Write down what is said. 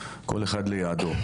כל אחד ליעדו.